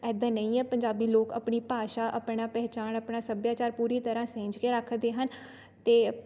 ਇੱਦਾਂ ਨਹੀਂ ਹੈ ਪੰਜਾਬੀ ਲੋਕ ਆਪਣੀ ਭਾਸ਼ਾ ਆਪਣਾ ਪਹਿਚਾਣ ਆਪਣਾ ਸੱਭਿਆਚਾਰ ਪੂਰੀ ਤਰ੍ਹਾਂ ਸੀਂਝ ਕੇ ਰੱਖਦੇ ਹਨ ਅਤੇ